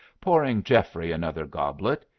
pouring geoffrey another goblet.